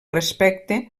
respecte